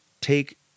take